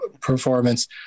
performance